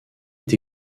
est